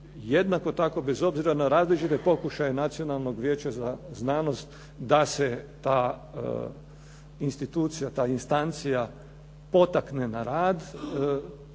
jednako tako bez obzira na različite pokušaje Nacionalnog vijeća za znanost da se ta institucija, ta instancija potakne na rad.